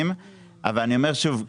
אבל אני אומר שוב,